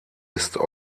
ist